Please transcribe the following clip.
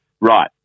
right